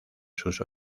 sus